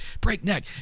breakneck